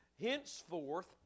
Henceforth